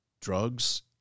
drugs